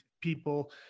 people